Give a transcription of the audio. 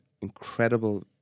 Incredible